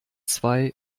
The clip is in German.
zwei